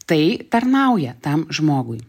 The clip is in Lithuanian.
tai tarnauja tam žmogui